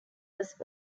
was